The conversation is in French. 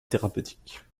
thérapeutique